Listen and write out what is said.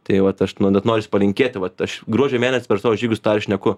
tai vat aš nu net norisi palinkėti vat aš gruodžio mėnesį per savo žygius tą ir šneku